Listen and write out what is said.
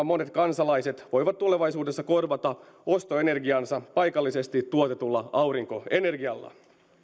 monet kansalaiset voivat tulevaisuudessa korvata ostoenergiansa paikallisesti tuotetulla aurinkoenergialla